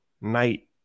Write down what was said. night